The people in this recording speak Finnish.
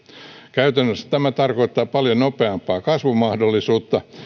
käytännössä tämä tarkoittaa paljon nopeampaa kasvumahdollisuutta